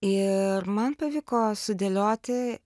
ir man pavyko sudėlioti